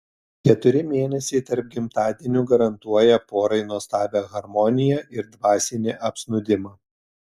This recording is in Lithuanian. keturi mėnesiai tarp gimtadienių garantuoja porai nuostabią harmoniją ir dvasinį apsnūdimą